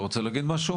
שלום.